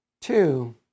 Two